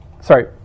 sorry